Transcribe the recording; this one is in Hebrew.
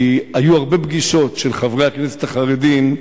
כי היו הרבה פגישות של חברי הכנסת החרדים,